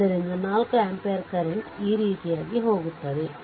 ಆದ್ದರಿಂದ 4 ampere current ಈ ರೀತಿಯಾಗಿ ಹೋಗುತ್ತದೆ